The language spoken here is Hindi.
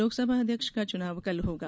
लोकसभा अध्यक्ष का चुनाव कल होगा